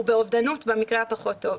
ובאובדנות במקרה הפחות-טוב.